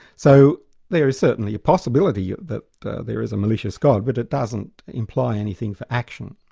so there is certainly a possibility that there is a malicious god, but it doesn't imply anything for action.